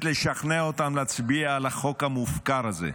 לשכנע אותם להצביע על החוק המופקר הזה,